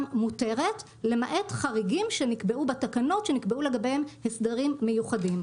מותרת למעט חריגים שנקבעו בתקנות שנקבעו לגביהם הסדרים מיוחדים.